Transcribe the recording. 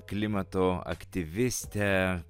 klimato aktyvistę